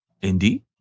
indeed